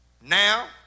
Now